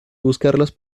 buscarlas